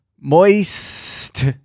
moist